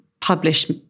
published